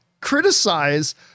criticize